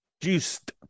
Juiced